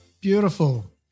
beautiful